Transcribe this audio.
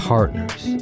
Partners